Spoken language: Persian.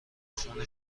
خون